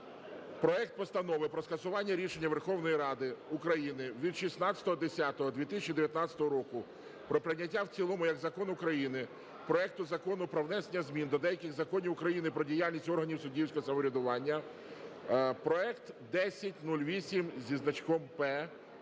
проект Постанови про скасування рішення Верховної Ради України від 16.10.2019 року про прийняття в цілому як закону України проекту Закону про внесення змін до деяких законів України про діяльність органів суддівського врядування, проект 1008-П